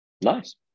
Nice